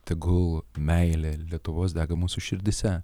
tegul meilė lietuvos dega mūsų širdyse